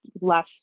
less